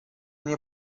nie